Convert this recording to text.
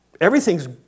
everything's